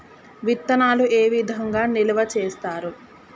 విత్తనాలు ఏ విధంగా నిల్వ చేస్తారు?